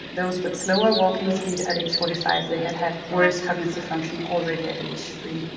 those with slower walking speed at age forty five, they had had worse cognitive function already at age three.